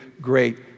great